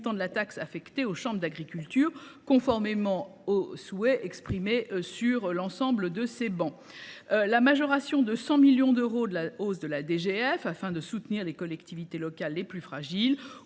de taxe affectée aux chambres d’agriculture, conformément au souhait exprimé sur l’ensemble de ces travées ; à la majoration de 100 millions d’euros de la hausse de la DGF, afin de soutenir les collectivités locales les plus fragiles